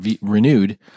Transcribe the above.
renewed